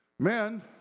Men